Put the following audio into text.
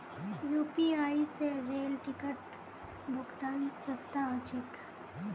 UPI स rail ticket भुक्तान सस्ता ह छेक